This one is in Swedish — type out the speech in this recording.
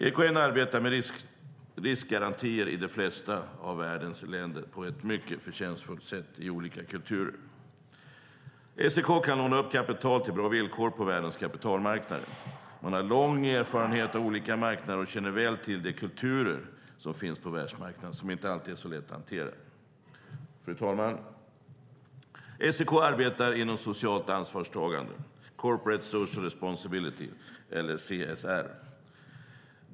EKN arbetar på ett mycket förtjänstfullt sätt med riskgarantier i olika kulturer i de flesta av världens länder. SEK kan låna upp kapital till bra villkor på världens kapitalmarknader. Man har lång erfarenhet av olika marknader och känner väl till de kulturer som finns på världsmarknaden och som inte alltid är så lätta att hantera. Fru talman! SEK arbetar inom socialt ansvarstagande - corporate social responsibility, eller CSR.